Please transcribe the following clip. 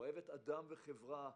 אוהבת אדם וחברה,